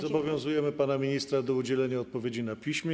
Zobowiązujemy pana ministra do udzielenia odpowiedzi na piśmie.